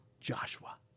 Joshua